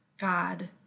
God